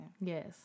Yes